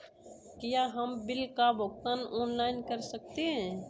क्या हम बिल का भुगतान ऑनलाइन कर सकते हैं?